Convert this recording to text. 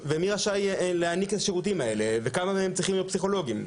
מי רשאי להעניק את השירותים האלה וכמה מהם צריכים להיות פסיכולוגים?